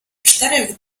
czterech